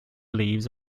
leaves